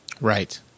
Right